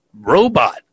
robot